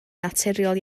naturiol